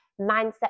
mindset